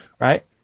right